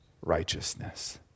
righteousness